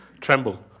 tremble